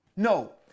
No